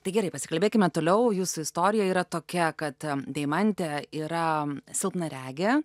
tai gerai pasikalbėkime toliau jūsų istorija yra tokia kad deimantė yra silpnaregė